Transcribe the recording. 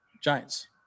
giants